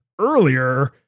earlier